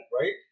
right